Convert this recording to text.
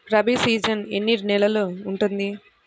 Rabi season ఎన్ని నెలలు ఉంటుంది?